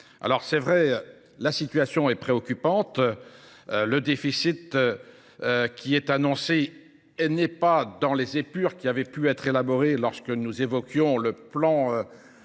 Alors c'est vrai, la situation est préoccupante. Le déficit qui est annoncé n'est pas dans les épures qui avaient pu être élaborées lorsque nous évoquions le plan